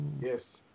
yes